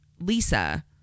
lisa